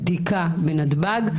בדיקה בנתב"ג.